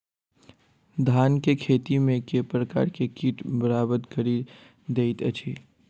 धान केँ खेती मे केँ प्रकार केँ कीट बरबाद कड़ी दैत अछि?